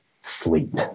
sleep